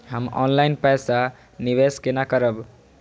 हम ऑनलाइन पैसा निवेश केना करब?